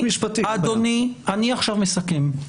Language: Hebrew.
אני עכשיו מסכם.